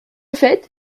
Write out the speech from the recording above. fait